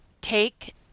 take